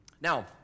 Now